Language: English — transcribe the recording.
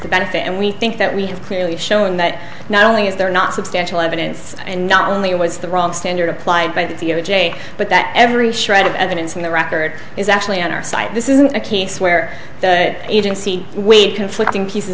the benefit and we think that we have clearly shown that not only is there not substantial evidence and not only was the wrong standard applied by the j but that every shred of evidence in the record is actually on our side this isn't a case where the agency weighed conflicting pieces